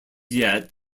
yet